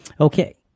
Okay